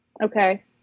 Okay